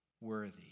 worthy